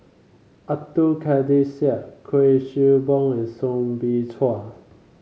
Abdul Kadir Syed Kuik Swee Boon and Soo Bin Chua